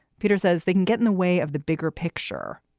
peter says they can get in the way of the bigger picture.